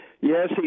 Yes